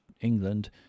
England